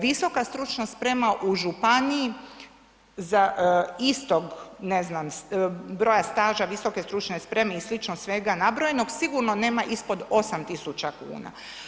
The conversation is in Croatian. Visoka stručna sprema u županiji za istog ne znam, broja staža visoke stručne spreme i slično svega nabrojenog sigurno nema ispod 8.000 kuna.